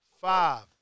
five